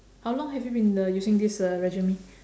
how long have you been uh using this uh regime